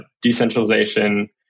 decentralization